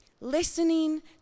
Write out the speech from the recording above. Listening